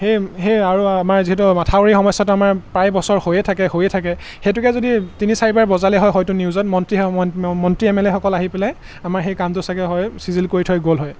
সেই সেই আৰু আমাৰ যিহেতু মাথাউৰি সমস্যাটো আমাৰ প্ৰায় বছৰ হৈয়ে থাকে হৈয়ে থাকে সেইটোকে যদি তিনি চাৰিবাৰ বজালে হয়তো নিউজত মন্ত্ৰী মন্ত্ৰী এম এল এসকল আহি পেলাই আমাৰ সেই কামটো চাগে হয় চিজিল কৰি থৈ গ'ল হয়